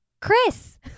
Chris